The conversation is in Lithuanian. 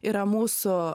yra mūsų